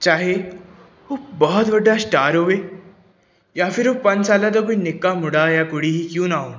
ਚਾਹੇ ਉਹ ਬਹੁਤ ਵੱਡਾ ਸਟਾਰ ਹੋਵੇ ਜਾਂ ਫਿਰ ਉਹ ਪੰਜ ਸਾਲਾਂ ਦਾ ਕੋਈ ਨਿੱਕਾ ਮੁੰਡਾ ਜਾਂ ਕੁੜੀ ਹੀ ਕਿਉਂ ਨਾ ਹੋਵੇ